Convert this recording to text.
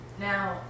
Now